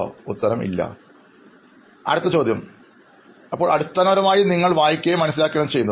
അഭിമുഖം സ്വീകരിക്കുന്നയാൾ ഇല്ല അഭിമുഖം നടത്തുന്നയാൾ അപ്പോൾ അടിസ്ഥാനപരമായി നിങ്ങൾ വായിക്കുകയും മനസ്സിലാക്കുകയും ആണ് ചെയ്യുന്നത്